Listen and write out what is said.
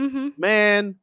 man